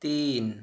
تین